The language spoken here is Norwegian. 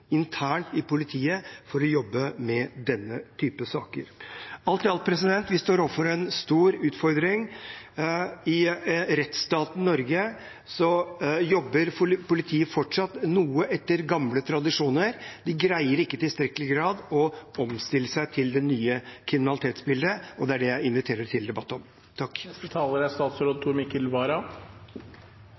internt i politiet for å jobbe med denne typen saker. Alt i alt står vi overfor en stor utfordring. I rettsstaten Norge jobber politiet fortsatt litt etter gamle tradisjoner – de greier ikke i tilstrekkelig grad å omstille seg til det nye kriminalitetsbildet. Det er det jeg inviterer til debatt om.